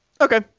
Okay